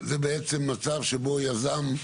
זה בעצם מצב שבו יזם.